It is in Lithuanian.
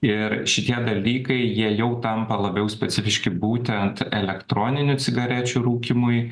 ir šitie dalykai jie jau tampa labiau specifiški būtent elektroninių cigarečių rūkymui